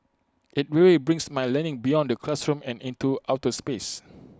IT really brings my learning beyond the classroom and into outer space